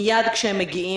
מייד כשהוא מגיע,